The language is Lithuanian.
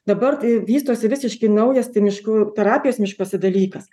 dabar tai vystosi visiškai naujas miškų terapijos miškuose dalykas